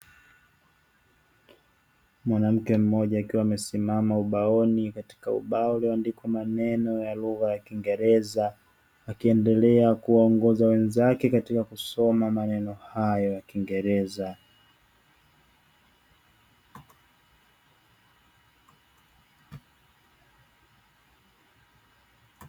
Mwanamke mmoja akiwa amesimama ubaoni katika ubao ulioandikwa maneno ya lugha ya kiingereza akiendelea kuongoza wenzake katika kusoma maneno hayo ya kiingereza.